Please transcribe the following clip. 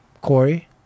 Corey